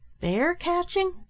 Bear-catching